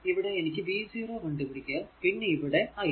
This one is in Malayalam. ഇവിടെ എനിക്ക് v0 കണ്ടു പിടിക്കുക പിന്നെ ഇവിടെ i